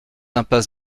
impasse